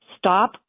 Stop